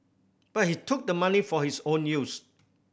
but he took the money for his own use